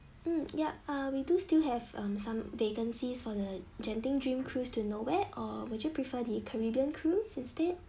mm yup uh we do still have mm some vacancies for the genting dream cruise to nowhere or would you prefer the caribbean cruise instead